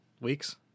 weeks